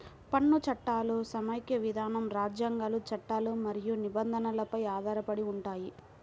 పన్ను చట్టాలు సమాఖ్య విధానం, రాజ్యాంగాలు, చట్టాలు మరియు నిబంధనలపై ఆధారపడి ఉంటాయి